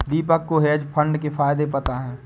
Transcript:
दीपक को hedge fund के फायदे पता है